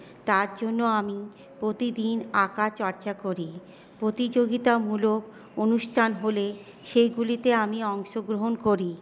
তার জন্য আমি প্রতিদিন আঁকার চর্চা করি প্রতিযোগিতামূলক অনুষ্ঠান হলে সেইগুলিতে আমি অংশ গ্রহণ করি